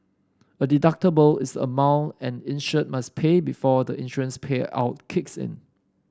a deductible is amount an insured must pay before the insurance payout kicks in